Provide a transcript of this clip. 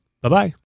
Bye-bye